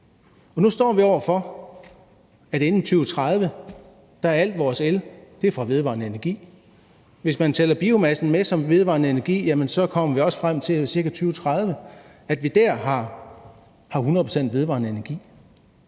Nu står vi over for, at inden 2030 er al vores el fra vedvarende energi. Hvis man tæller biomasse med som vedvarende energi, kommer vi også frem til, at vi i ca. 2030 har 100 pct. vedvarende energi.